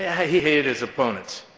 yeah how he hated his opponents.